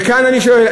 וכאן אני שואל,